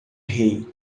rei